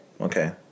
Okay